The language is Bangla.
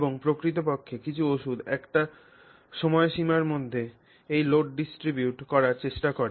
এবং প্রকৃতপক্ষে কিছু ওষুধ একটা সময়সীমার মধ্যে এই load distribute করার চেষ্টা করে